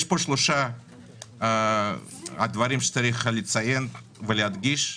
יש פה שלושה דברים שצריך לציין ולהדגיש.